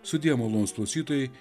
sudie malonūs klausytojai